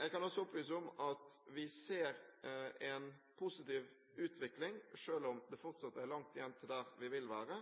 Jeg kan også opplyse om at vi ser en positiv utvikling, selv om det fortsatt er langt igjen til der vi vil være.